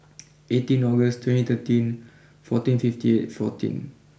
eighteen August twenty thirteen fourteen fifty eight fourteen